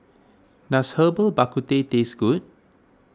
does Herbal Bak Ku Teh taste good